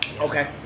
Okay